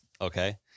Okay